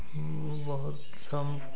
ବହୁତ